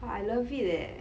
!wah! I love it leh